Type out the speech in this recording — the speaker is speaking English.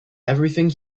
everything